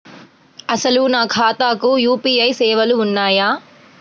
అసలు నా ఖాతాకు యూ.పీ.ఐ సేవలు ఉన్నాయా?